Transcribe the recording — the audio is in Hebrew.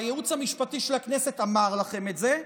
והייעוץ המשפטי של הכנסת אמר לכם את זה,